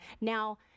Now